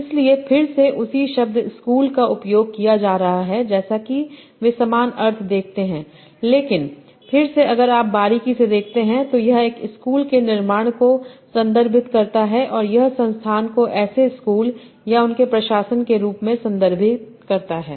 इसलिए फिर से उसी शब्द स्कूल का उपयोग किया जा रहा है जैसा कि वे समान अर्थ देखते हैं लेकिन फिर से अगर आप बारीकी से देखते हैं तो यह एक स्कूल के निर्माण को संदर्भित करता है और यह संस्थान को ऐसे स्कूल या उनके प्रशासन के रूप में संदर्भित करता है